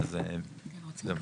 זהו,